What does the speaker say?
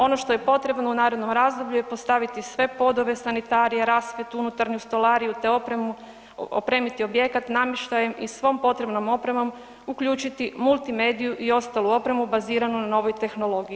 Ono što je potrebno u narednom razdoblju je postaviti sve podove, sanitariju, rasvjetu, unutarnju stolariju te opremu, opremiti objekat namještajem i svom potrebnom opremom, uključiti multimediju i ostalu opremu baziranu na novoj tehnologiji.